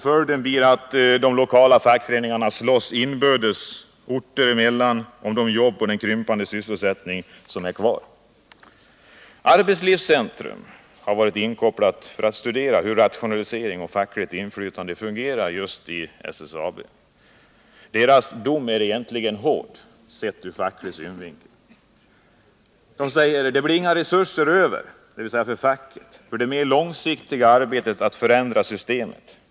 Följden blir att lokala fackföreningar slåss inbördes mellan olika orter om de jobb som blir kvar i en handelsstålsindustri som krymps utan att ersättningsjobb ordnas. Arbetslivscentrum har varit inkopplat för att studera hur rationalisering och fackligt inflytande fungerar i SSAB. Dess dom är egentligen hård, sett ur facklig synvinkel: Det blir inga resurser över för det mer långsiktiga arbetet på att förändra systemet.